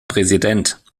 präsident